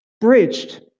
bridged